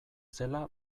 zela